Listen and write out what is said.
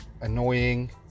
annoying